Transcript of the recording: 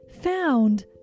found